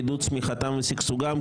עידוד צמיחתם ושגשוגם,